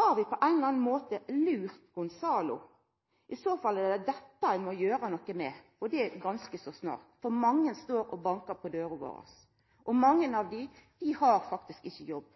Har vi på ein eller annan måte lurt Gonzalo? I så fall er det dette ein må gjera noko med, og det ganske så snart, for mange står og bankar på dørene våre. Mange av dei har faktisk ikkje jobb